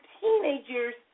teenagers